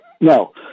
No